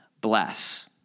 bless